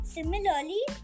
Similarly